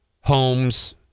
homes